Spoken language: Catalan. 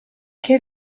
què